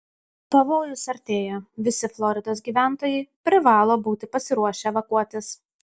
pavojus artėja visi floridos gyventojai privalo būti pasiruošę evakuotis